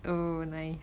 oh nice